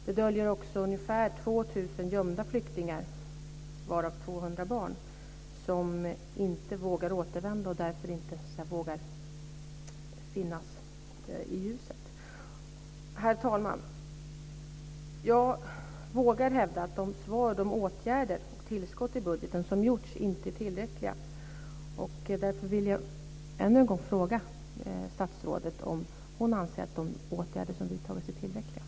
Det döljer sig också ungefär 2 000 gömda flyktingar, varav 200 barn, som inte vågar återvända och därför inte vågar finnas i ljuset. Herr talman! Jag vågar hävda att de svar, de åtgärder och tillskott i budgeten som gjorts, inte är tillräckliga. Därför vill jag än en gång fråga statsrådet om hon anser att de åtgärder som vidtagits är tillräckliga.